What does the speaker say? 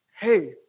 hey